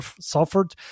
suffered